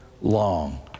long